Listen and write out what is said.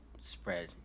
spread